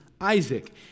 Isaac